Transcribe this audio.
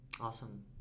awesome